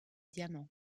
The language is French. diamant